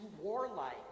warlike